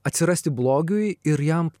atsirasti blogiui ir jam